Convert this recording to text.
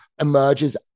emerges